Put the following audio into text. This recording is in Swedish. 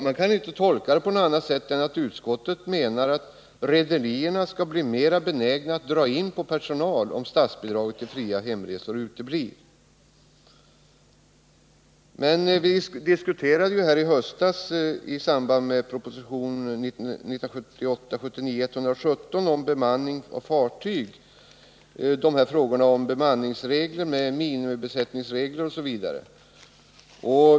Man kan inte tolka det på något annat sätt än att utskottet menar att rederierna skall bli mera benägna att dra in personal, om Men i höstas diskuterade vi i samband med propositionen 1978/79:117 om bemanning av fartyg frågorna om bemanningsreglerna och reglerna om minimibesättning.